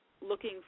looking